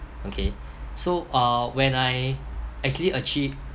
okay so uh when I actually achieve